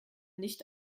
nicht